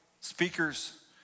speakers